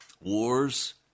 Wars